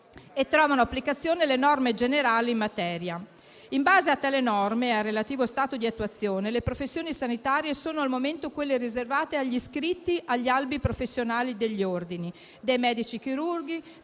trovano applicazione le norme generali in materia, in base alle quali e al relativo stato di attuazione, le professioni sanitarie sono al momento quelle riservate agli iscritti agli albi professionali dei seguenti ordini: dei medici-chirurghi